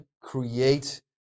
create